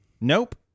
nope